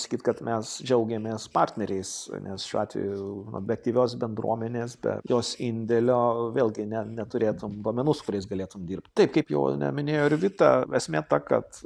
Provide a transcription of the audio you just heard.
sakyt kad mes džiaugiamės partneriais nes šiuo atveju be aktyvios bendruomenės be jos indėlio vėlgi ne neturėtum duomenų su kuriais galėtum dirbt taip kaip jau ane minėjo ir vita esmė ta kad